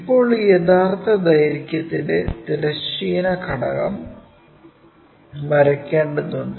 ഇപ്പോൾ ഈ യഥാർത്ഥ ദൈർഘ്യത്തിന്റെ തിരശ്ചീന ഘടകം വരയ്ക്കേണ്ടതുണ്ട്